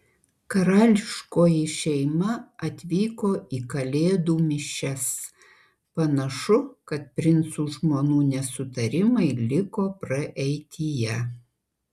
karališkoji šeima atvyko į kalėdų mišias panašu kad princų žmonų nesutarimai liko praeityje